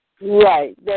Right